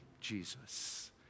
Jesus